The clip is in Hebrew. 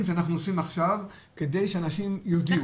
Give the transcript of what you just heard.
שאנחנו עושים עכשיו כדי שאנשים יודיעו,